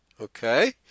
Okay